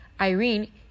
Irene